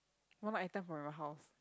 one item from your house